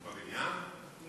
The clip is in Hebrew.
הוא בבניין?